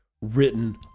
written